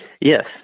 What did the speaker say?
Yes